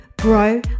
grow